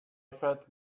felt